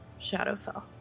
Shadowfell